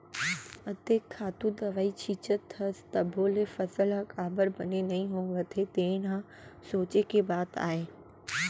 अतेक खातू दवई छींचत हस तभो ले फसल ह काबर बने नइ होवत हे तेन ह सोंचे के बात आय